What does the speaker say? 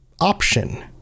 option